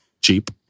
cheap